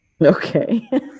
Okay